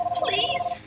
please